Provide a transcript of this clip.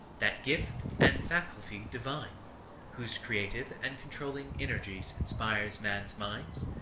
that gift and faculty divine whose creative and controlling energy inspires man's mind,